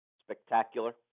spectacular